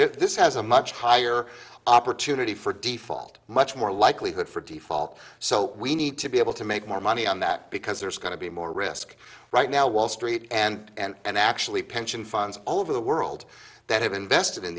this has a much higher opportunity for default much more likelihood for default so we need to be able to make more money on that because there's going to be more risk right now wall street and actually pension funds over the world that have invested in